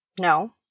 No